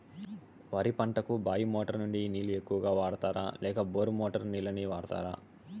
వరి పంటకు బాయి మోటారు నుండి నీళ్ళని ఎక్కువగా వాడుతారా లేక బోరు మోటారు నీళ్ళని వాడుతారా?